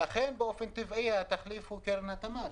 ואז באופן טבעי התחליף הוא "קרן התמר",